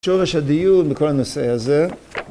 שורש הדיון בכל הנושא הזה